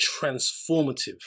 transformative